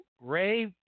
Ray